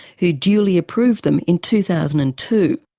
who duly approved them in two thousand and two.